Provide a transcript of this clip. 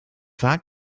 vaak